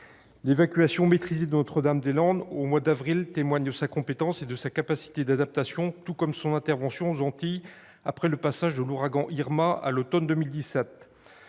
L'évacuation maîtrisée de Notre-Dame-des-Landes au mois d'avril dernier témoigne de sa compétence et de sa capacité d'adaptation, tout comme son intervention aux Antilles après le passage de l'ouragan Irma à l'automne 2017.